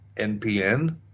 NPN